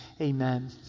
amen